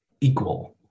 equal